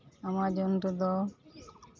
Amazon ᱨᱮᱫᱚ